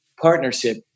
partnership